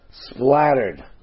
splattered